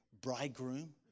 bridegroom